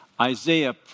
Isaiah